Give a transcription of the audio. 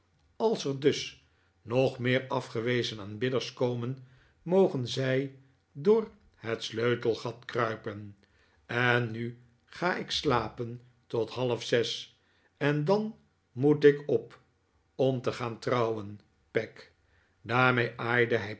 als er dus nog meer afgewezen aanbidders komen mogen zij door het sleutelgat kruipen en nu ga ik slapen tot half zes en dan moet ik op om te gaan trouwen peg daarmee